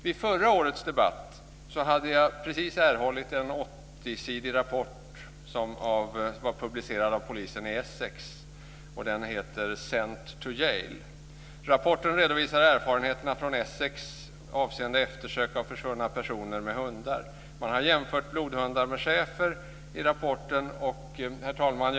Vid förra årets debatt hade jag just erhållit en 80 sidig rapport som var publicerad av polisen i Essex, och den hette Scent to Jail. Rapporten redovisar erfarenheterna från Essex avseende eftersök av försvunna personer med hundar. Man har jämfört blodhund med schäfer. Herr talman!